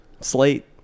Slate